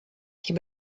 die